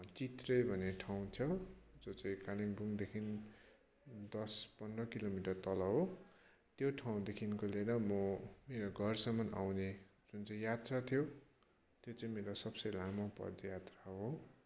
चित्रे भन्ने ठाउँ छ त्यो चाहिँ कालिम्पोङदेखि दस पन्ध्र किलोमिटर तल हो त्यो ठाउँदेखिको लिएर म घरसम्म आउने जुन चाहिँ यात्रा थियो त्यो चाहिँ मेरो सबसे लामो पदयात्रा हो